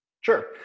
Sure